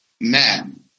Man